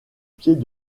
pieds